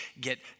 get